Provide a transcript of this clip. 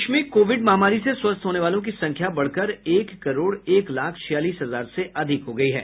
देश में कोविड महामारी से स्वस्थ होने वालों की संख्या बढ़कर एक करोड़ एक लाख छियालीस हजार से अधिक हो गयी है